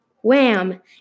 Wham